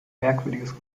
merkwürdiges